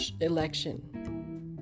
election